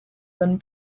than